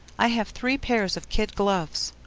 i have three pairs of kid gloves.